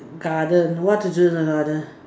garden what to do in a garden